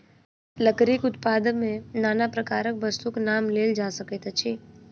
लकड़ीक उत्पाद मे नाना प्रकारक वस्तुक नाम लेल जा सकैत अछि